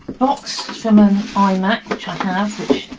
box from an imac which i have which,